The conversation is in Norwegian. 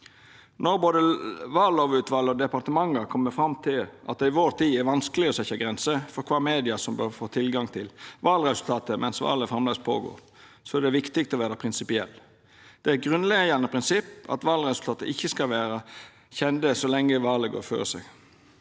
Når både vallovutvalet og departementet har kome fram til at det i vår tid er vanskeleg å setja grenser for kva medium som bør få tilgang til valresultatet mens valet framleis er i gang, er det viktig å vera prinsipiell. Det er eit grunnleggjande prinsipp at valresultata ikkje skal vera kjende så lenge valet går føre seg.